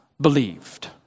believed